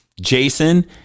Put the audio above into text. jason